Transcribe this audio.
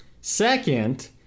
Second